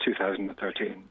2013